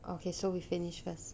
okay so we finished first